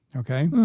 ok?